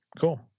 cool